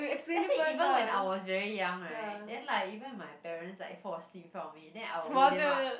let's say even when I was very young right then like even if my parents like fall asleep in front of me then I will wake them up